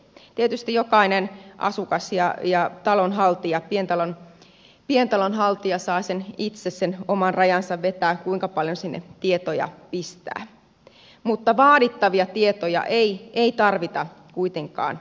tietysti jokainen asukas ja pientalon haltija saa itse sen oman rajansa vetää kuinka paljon sinne tietoja pistää mutta vaadittavia tietoja ei tarvita kuitenkaan enempää